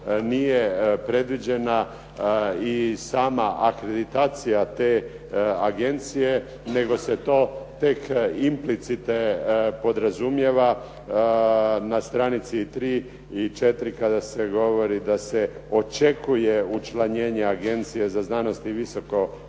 nije predviđena i sama akreditacija te agencije. Nego se to tek implicite podrazumijeva na stranici 3 i 4 kada se govori da se očekuje učlanjenje Agencije za znanost i visoko